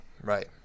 Right